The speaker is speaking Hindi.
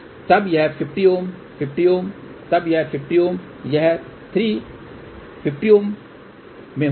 तब यह 50Ω 50Ω तब यह 50 Ω ये 3 50 Ω समानांतर में होगें